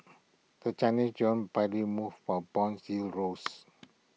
the Chinese John barely moved while bonds yields rose